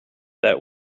that